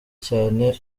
cyane